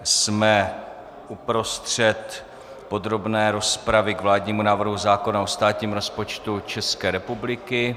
Jsme uprostřed podrobné rozpravy k vládnímu návrhu zákona o státním rozpočtu České republiky.